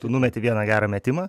tu numeti vieną gerą metimą